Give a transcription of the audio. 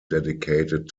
dedicated